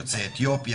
יוצאי אתיופיה,